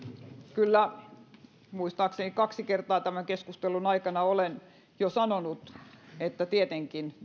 kyllä muistaakseni kaksi kertaa tämän keskustelun aikana olen jo sanonut että tietenkin